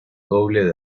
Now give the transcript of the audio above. doble